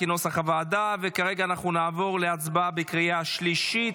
וכעת אנחנו נעבור להצבעה בקריאה השלישית.